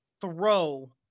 throw